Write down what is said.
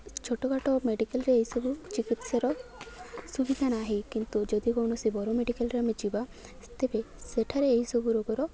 ଛୋଟ କାଟ ମେଡ଼ିକାଲ୍ରେ ଏଇସବୁ ଚିକିତ୍ସାର ସୁବିଧା ନାହିଁ କିନ୍ତୁ ଯଦି କୌଣସି ବଡ଼ ମେଡ଼ିକାଲ୍ରେ ଆମେ ଯିବା ତେବେ ସେଠାରେ ଏହିସବୁ ରୋଗର